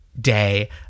day